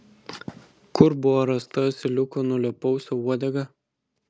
kur buvo rasta asiliuko nulėpausio uodega